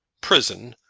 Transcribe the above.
prison!